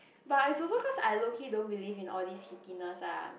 but is also cause I low key don't believe in all this heatiness ah